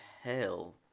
hell